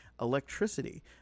electricity